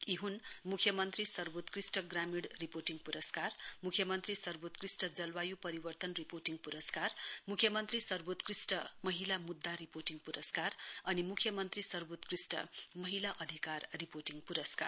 यी ह्न् मुख्यमन्त्री सर्वोत्कृष्ट ग्रामीण रिपोर्टिङ पुरस्कार मुख्यमन्त्री सर्वोत्कृष्ट जलवायु परिवर्तन रिपोर्टिङ पुरस्कार मुख्यमन्त्री सर्वोत्कृष्ट महिला मुद्दा रिपोर्टिङ अनि मुख्यमन्त्री सर्वोत्कृष्ट महिला अधिकार पिरोर्टिङ पुरस्कार